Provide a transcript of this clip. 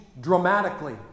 dramatically